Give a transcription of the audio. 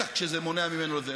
בטח כשזה מונע ממנו את זה.